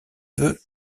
cheveux